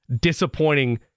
disappointing